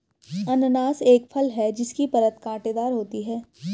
अनन्नास एक फल है जिसकी परत कांटेदार होती है